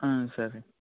సరే